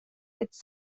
its